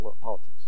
politics